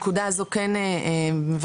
הדבר הכי גרוע שקיים בסיטואציה הזאת היא שאין ממשק